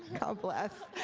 god bless,